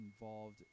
involved